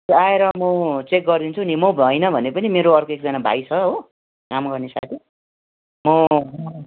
ए आएर म चेक गरिदिन्छु नि म भइनँ भने पनि मेरो अर्को एकजना भाइ छ हो काम गर्ने छ कि म